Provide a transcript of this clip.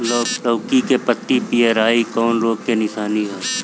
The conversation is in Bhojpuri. लौकी के पत्ति पियराईल कौन रोग के निशानि ह?